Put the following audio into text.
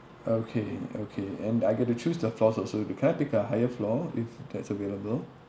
okay okay and I get to choose the floors also can I pick a higher floor if that's available